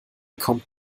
kommt